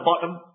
bottom